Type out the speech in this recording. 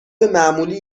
معمولی